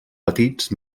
petits